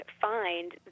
find